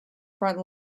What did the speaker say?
front